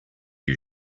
you